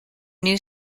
new